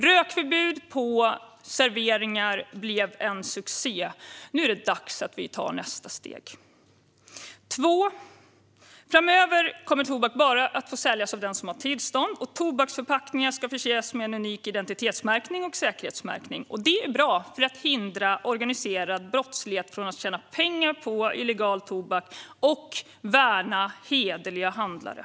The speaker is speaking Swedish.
Rökförbud på inomhusserveringar blev en succé. Nu är det dags att ta nästa steg. För det andra: Framöver kommer tobak bara att få säljas av den som har tillstånd, och tobaksförpackningar ska förses med en unik identitetsmärkning och en säkerhetsmärkning. Det är bra för att förhindra organiserad brottslighet att tjäna pengar på illegal tobak och för att värna hederliga handlare.